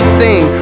sing